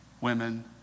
women